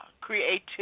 Creativity